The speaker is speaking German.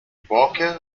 borke